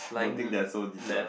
don't think they are so detailed lah